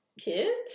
kids